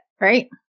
right